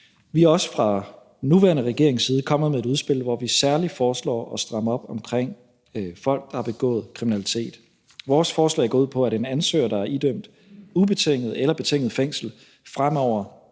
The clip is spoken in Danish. Vi er også fra den nuværende regerings side kommet med et udspil, hvor vi særlig foreslår at stramme op omkring folk, der har begået kriminalitet. Vores forslag går ud på, at en ansøger, der er idømt ubetinget eller betinget fængsel, fremover